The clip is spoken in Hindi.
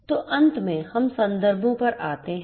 तो अंत में हम संदर्भों पर आते हैं